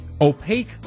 opaque